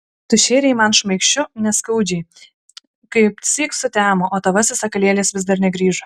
tu šėrei man šmaikščiu neskaudžiai kaipsyk sutemo o tavasis sakalėlis vis dar negrįžo